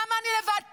למה אני לבד פה?